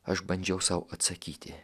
aš bandžiau sau atsakyti